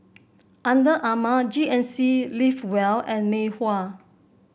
Under Armour G N C Live Well and Mei Hua